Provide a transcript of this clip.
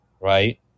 right